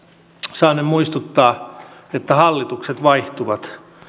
saanen muistuttaa että hallitukset vaihtuvat